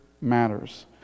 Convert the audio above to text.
matters